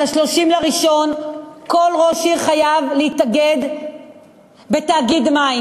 30 בינואר כל ראש עיר חייב להתאגד בתאגיד מים.